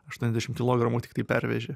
aštuoniasdešim kilogramų tiktai perveži